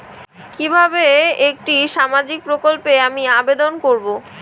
কিভাবে একটি সামাজিক প্রকল্পে আমি আবেদন করব?